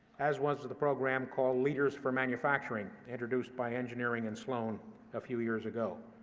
as was the program called leaders for manufacturing, introduced by engineering and sloan a few years ago.